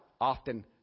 often